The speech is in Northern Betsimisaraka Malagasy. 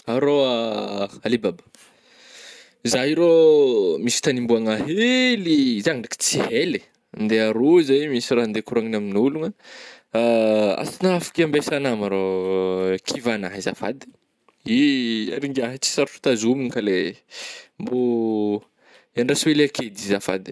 Ah rô ah, baba, zah io rô, misy tagny ombagna hely iihh, zany ndraiky tsy ela eh, ndeha aroa zah io misy raha andeha koragnana amin'ologna ansa na afaka iambesagna ma rô kivàgna io zafady, i ry ngiahy io tsy sarotra tazomigna ka le mbô ôh, iandraso hely aky edy azafady eh.